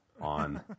on